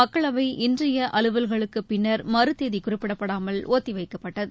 மக்களவை இன்றைய அலுவல்களுக்கு பின்னர் மறுதேதி குறிப்பிடப்படாமல் ஒத்திவைக்கப்பட்டது